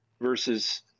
versus